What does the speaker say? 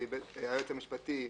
של היועץ המשפטי,